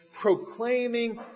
proclaiming